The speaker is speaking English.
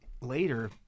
later